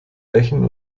bächen